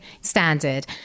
standard